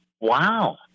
Wow